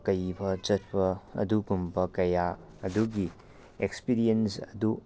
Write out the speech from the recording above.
ꯀꯩꯕ ꯆꯠꯄ ꯑꯗꯨꯒꯨꯝꯕ ꯀꯌꯥ ꯑꯗꯨꯒꯤ ꯑꯦꯛꯁꯄꯤꯔꯤꯌꯦꯟꯁ ꯑꯗꯨ